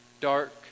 dark